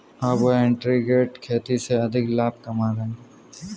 अब वह इंटीग्रेटेड खेती से अधिक लाभ कमा रहे हैं